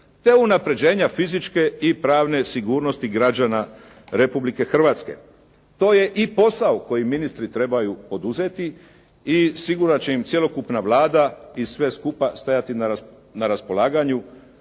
te unapređenja fizičke i pravne sigurnosti građana Republike Hrvatske. To je i posao koji ministri trebaju poduzeti i sigurno će im cjelokupna Vlada i sve skupa stajati na raspolaganju,